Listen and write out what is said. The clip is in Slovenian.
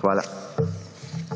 Hvala.